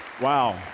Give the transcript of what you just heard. Wow